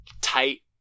Tight